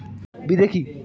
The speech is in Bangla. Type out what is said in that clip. বিদে কি?